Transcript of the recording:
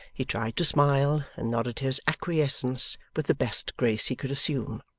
he tried to smile, and nodded his acquiescence with the best grace he could assume.